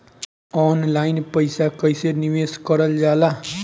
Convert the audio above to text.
Online पईसा कईसे निवेश करल जाला?